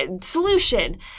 solution